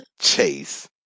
Chase